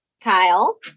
Kyle